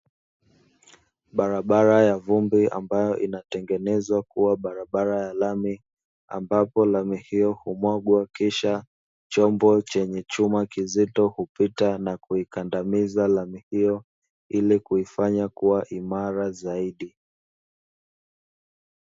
Barabara ya vumbi ambayo inatengenezwa kuwa barabara ya lami, ambapo lami hiyo humwagwa kisha chombo chenye chuma kizito, hupita na kuikandamiza lami hiyo ili kuifanya kuwa imara zaidi.